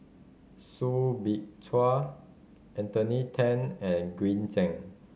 Soo Bin Chua Anthony Then and Green Zeng